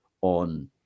on